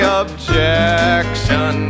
objection